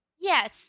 Yes